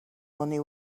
money